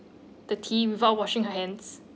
the tea without washing her hands